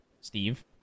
Steve